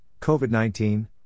COVID-19